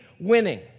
winning